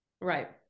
Right